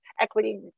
equity